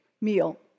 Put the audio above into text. meal